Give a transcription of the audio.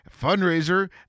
fundraiser